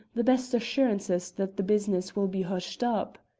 the best assurances that the business will be hushed up.